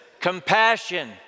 compassion